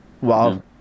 Wow